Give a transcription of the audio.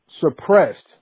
suppressed